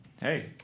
Hey